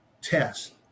test